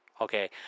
Okay